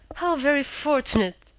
how very fortunate.